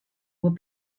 will